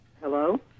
Hello